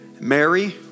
Mary